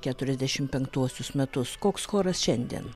keturiasdešim penktuosius metus koks choras šiandien